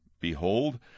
Behold